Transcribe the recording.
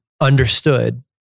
understood